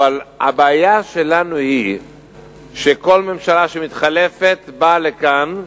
אבל הבעיה שלנו היא שכל ממשלה שמתחלפת באה לכאן,